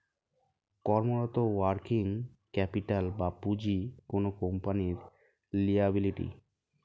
কর্মরত working capital বা পুঁজি কোনো কোম্পানির লিয়াবিলিটি